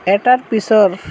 এটাৰ পিছৰ